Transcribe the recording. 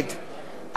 אריה ביבי,